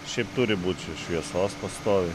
šiaip turi būt šviesos pastoviai